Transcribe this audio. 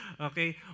okay